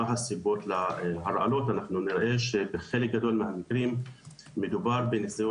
הסיבות להרעלות אנחנו נראה שבחלק גדול מהמקרים מדובר בניסיון